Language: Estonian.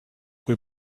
kui